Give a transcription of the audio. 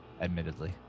admittedly